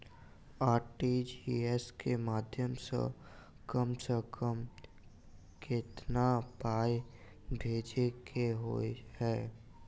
RTGS केँ माध्यम सँ कम सऽ कम केतना पाय भेजे केँ होइ हय?